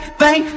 bang